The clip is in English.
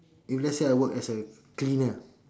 if let's say I work as a cleaner